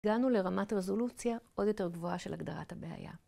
הגענו לרמת רזולוציה עוד יותר גבוהה של הגדרת הבעיה.